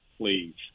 please